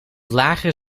lagere